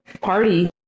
party